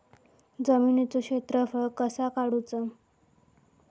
जमिनीचो क्षेत्रफळ कसा काढुचा?